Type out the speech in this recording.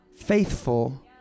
faithful